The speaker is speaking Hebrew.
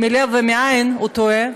מהלב ומהעין, הוא טועה,